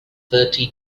thirty